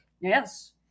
Yes